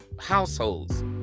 households